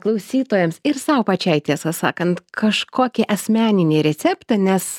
klausytojams ir sau pačiai tiesą sakant kažkokį asmeninį receptą nes